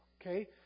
Okay